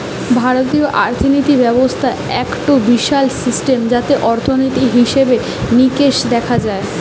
ভারতীয় অর্থিনীতি ব্যবস্থা একটো বিশাল সিস্টেম যাতে অর্থনীতি, হিসেবে নিকেশ দেখা হয়